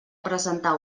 presentar